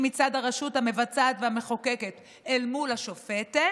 מצד הרשות המבצעת והמחוקקת אל מול השופטת,